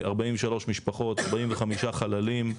43 משפחות, 45 חללים,